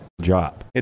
job